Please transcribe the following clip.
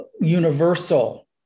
universal